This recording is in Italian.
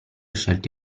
scelto